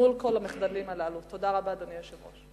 תודה רבה, אדוני היושב-ראש.